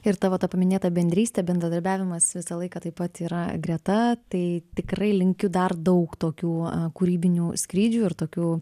ir tavo ta paminėta bendrystė bendradarbiavimas visą laiką taip pat yra greta tai tikrai linkiu dar daug tokių kūrybinių skrydžių ir tokių